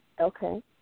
Okay